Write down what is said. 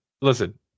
Listen